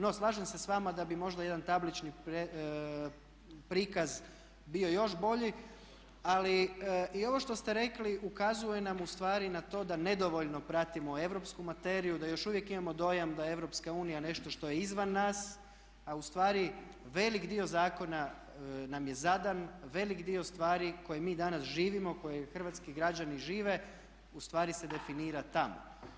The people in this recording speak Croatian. No, slažem se sa vama da bi možda jedan tablični prikaz bio još bolji, ali i ovo što ste rekli ukazuje nam u stvari na to da nedovoljno pratimo europsku materiju, da još uvijek imamo dojam da je EU nešto što je izvan nas, a u stvari velik dio zakona nam je zadan, velik dio stvari koje mi danas živimo koje hrvatski građani žive u stvari se definira tamo.